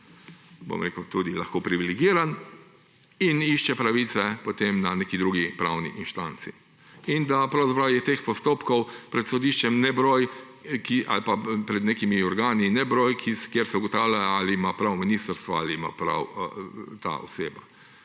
ali pa tudi lahko privilegiran, išče pravice potem na neki drugi pravni instanci. In da pravzaprav je teh postopkov pred sodiščem ali pa pred nekimi organi nebroj, kjer se ugotavlja, ali ima prav ministrstvo, ali ima prav ta oseba.